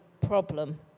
problem